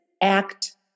act